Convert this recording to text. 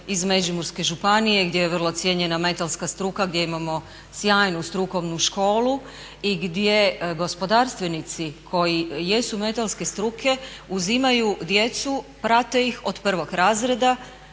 iz Međimurske županije gdje je vrlo cijenjena metalska struka gdje imamo sjajnu strukovnu školu i gdje gospodarstvenici koji jesu metalske struke uzimaju djecu, prate ih od prvog razreda,